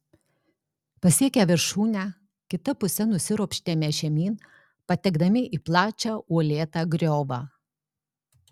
pasiekę viršūnę kita puse nusiropštėme žemyn patekdami į plačią uolėtą griovą